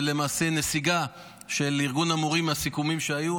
ולמעשה נסיגה של ארגון המורים מהסיכומים שהיו.